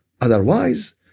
Otherwise